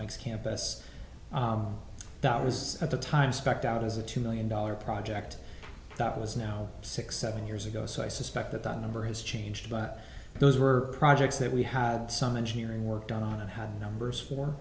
mike's campus that was at the time specked out as a two million dollar project that was now six seven years ago so i suspect that that number has changed but those were projects that we had some engineering work done on and had numbers for